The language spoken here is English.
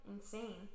insane